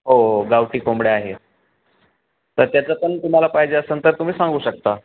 हो गावठी कोंबड्या आहेत तर त्याचं पण तुम्हाला पाहिजे असेल तर तुम्ही सांगू शकता